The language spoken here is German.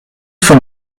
von